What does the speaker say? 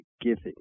giving